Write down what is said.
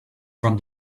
from